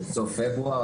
סוף פברואר,